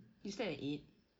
you slept at eight